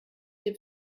dem